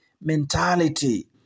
mentality